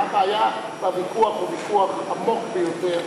הוויכוח הוא ויכוח עמוק ביותר,